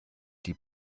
die